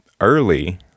early